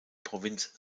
provinz